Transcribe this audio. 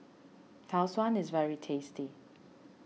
Tau Suan is very tasty